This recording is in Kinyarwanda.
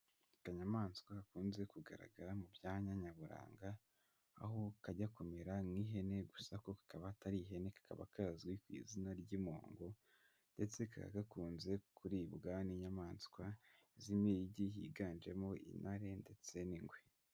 Akanyamaswa gakunze kugaragara mu byanya nyaburanga, aho kajya kumera nk'ihene gusa ko ka kaba atari ihene, ka kaba kazwi ku izina ry'impongo ndetse ka kaba gakunze kuribwa n'inyamaswa z'impigi, higanjemo intare ndetse n'ingwe.